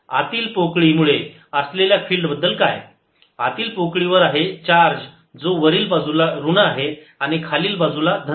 आतील पोकळी मुळे असलेल्या फिल्ड बद्दल काय आतील पोकळी वर आहे चार्ज जो वरील बाजूला ऋण आहे आणि खालील बाजूला धन आहे